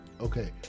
Okay